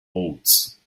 oats